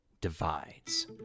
Divides